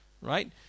right